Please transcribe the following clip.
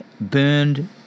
burned